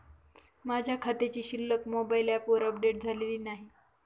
माझ्या खात्याची शिल्लक मोबाइल ॲपवर अपडेट झालेली नाही